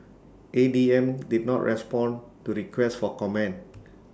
A D M did not respond to requests for comment